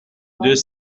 deux